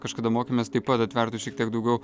kažkada mokėmės taip pat atvertų šiek tiek daugiau